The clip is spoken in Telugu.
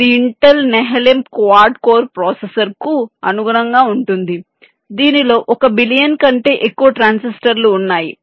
ఇది ఇంటెల్ నెహాలెం క్వాడ్ కోర్ ప్రాసెసర్కు అనుగుణంగా ఉంటుంది దీనిలో 1 బిలియన్ కంటే ఎక్కువ ట్రాన్సిస్టర్లు ఉన్నాయి